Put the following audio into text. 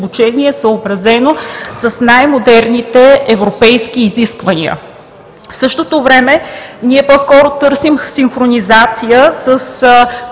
обучение, съобразено с най-модерните европейски изисквания. В същото време ние по-скоро търсим синхронизация с